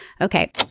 Okay